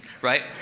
right